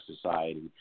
society